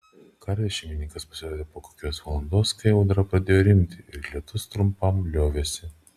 karvės šeimininkas pasirodė po kokios valandos kai audra pradėjo rimti ir lietus trumpam liovėsi